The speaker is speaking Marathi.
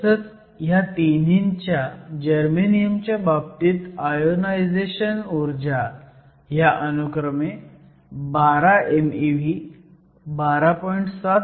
तसंचं ह्या तिन्हींच्या जर्मेनियम च्या बाबतीत आयोनायझेशन ऊर्जा ह्या अनुक्रमे 12 mev 12